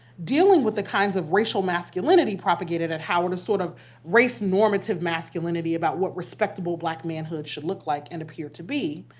dealing with the kinds of racial masculinity propagated at howard is sort of race normative masculinity about what respectable black manhood should look like and appear to be,